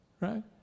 Right